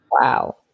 Wow